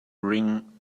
ring